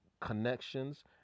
connections